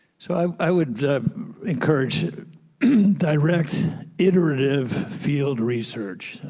so um i would encourage direct iterative field research,